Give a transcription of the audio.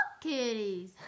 kitties